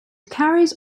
carries